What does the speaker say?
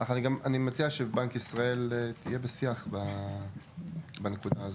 אני מציע שבנק ישראל יהיה בשיח בנקודה הזו.